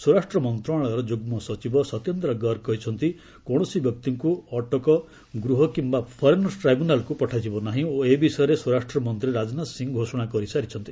ସ୍ୱରାଷ୍ଟ୍ର ମନ୍ତ୍ରଣାଳୟର ଯୁଗ୍ମ ସଚିବ ସତ୍ୟେନ୍ଦ୍ର ଗର୍ଗ କହିଛନ୍ତି କୌଣସି ବ୍ୟକ୍ତିଙ୍କୁ ଅଟକ ଗୃହ କିମ୍ବା ଫରେନର୍ସ ଟିାଇବ୍ୟୁନାଲ୍କୁ ପଠାଯିବ ନାହିଁ ଓ ଏ ବିଷୟରେ ସ୍ୱରାଷ୍ଟ୍ର ମନ୍ତ୍ରୀ ରାଜନାଥ ସିଂ ଘୋଷଣା କରିସାରିଛନ୍ତି